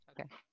Okay